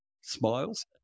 smiles